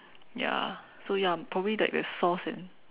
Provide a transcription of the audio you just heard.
ya so ya probably like the sauce and